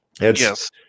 Yes